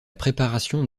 préparation